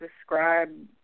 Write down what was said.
describe